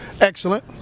excellent